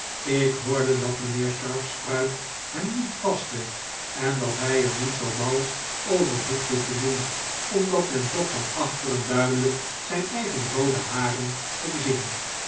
ik hoorde dat mijnheer sharp's pruik hem niet paste en dat hij er niet zoo mal over hoefde te doen omdat men toch van achteren duidelijk zijn eigen roode haren kon zien